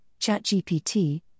ChatGPT